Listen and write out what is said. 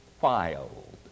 filed